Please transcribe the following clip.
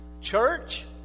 Church